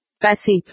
Passive